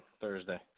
Thursday